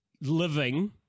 living